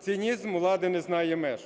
Цинізм влади не знає меж.